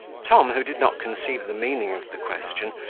tom, who did not conceive the meaning of the question,